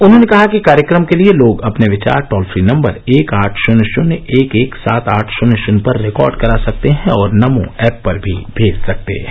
उन्होंने कहा कि कार्यक्रम के लिए लोग अपने विचार टोल फ्री नम्बर एक आठ शून्य शून्य एक एक सात आठ शून्य शून्य पर रिकॉर्ड करा सकते हैं और नमो एप पर भी भेज सकते हैं